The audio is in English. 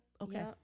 Okay